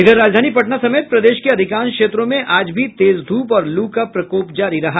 इधर राजधानी पटना समेत प्रदेश के अधिकांश क्षेत्रों में आज भी तेज धूप और लू का प्रकोप जारी रहा